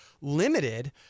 limited